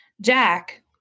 Jack